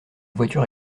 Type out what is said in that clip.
voiture